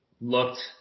looked